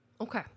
Okay